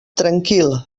tranquil